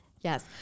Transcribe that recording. yes